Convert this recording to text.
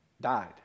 died